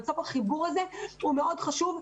החיבור הזה הוא מאוד חשוב,